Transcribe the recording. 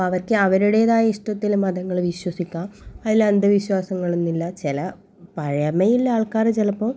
അപ്പം അവർക്ക് അവരുടേതായ ഇഷ്ടത്തിൽ മതങ്ങൾ വിശ്വസിക്കാം അതിൽ അന്ധവിശ്വാസങ്ങളൊന്നും ഇല്ല ചില പഴമയുള്ള ആൾക്കാർ ചിലപ്പോൾ